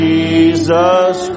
Jesus